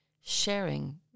sharing